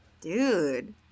Dude